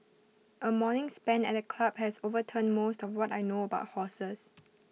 A morning spent at the club has overturned most of what I know about horses